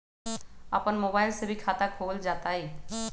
अपन मोबाइल से भी खाता खोल जताईं?